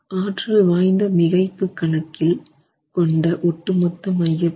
ஆற்றல் வாய்ந்த மிகைப்பு கணக்கில் கொண்ட ஒட்டுமொத்த மையப்பிறழ்ச்சி 1